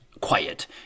quiet